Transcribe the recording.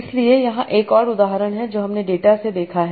इसलिए यहां एक और उदाहरण है जो हमने डेटा से देखा है